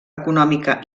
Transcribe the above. econòmica